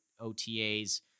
OTAs